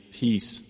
peace